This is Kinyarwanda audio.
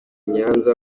nyanza